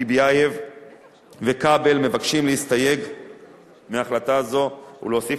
טיבייב וכבל מבקשים להסתייג מהחלטה זו ולהוסיף